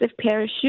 parachute